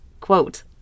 quote